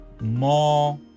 more